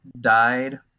died